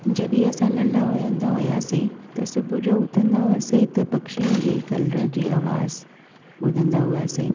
जॾी असां नंढा हूंदा हुआसीं त सुबुह उथंदा हुआसीं त पक्षीनि जी हिकु अलॻि जी आवाज़ ॿुधंदा हुआसीं